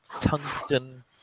tungsten